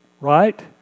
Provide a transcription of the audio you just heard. Right